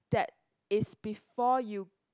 that is before you